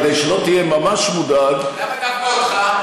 כדי שלא תהיה ממש מודאג למה דווקא אותך?